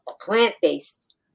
plant-based